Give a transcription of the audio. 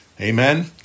Amen